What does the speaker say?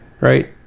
Right